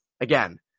Again